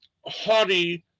haughty